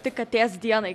tik katės dienai